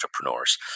entrepreneurs